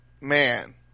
man